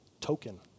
token